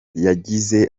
yagize